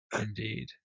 Indeed